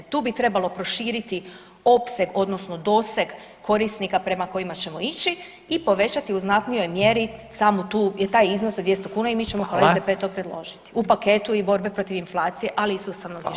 Tu bi trebalo proširiti opseg, odnosno doseg korisnika prema kojima ćemo ići i povećati u znatnijoj mjeri samu, taj iznos od 200 kuna i mi ćemo kao SDP to [[Upadica: Hvala.]] predložiti u paketu i borbe protiv inflacije, ali i sustavnog rješenja.